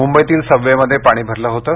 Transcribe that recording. मुंबईतील सबवेमध्ये पाणी भरलं होतं